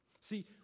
See